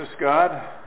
God